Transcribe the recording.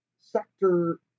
sector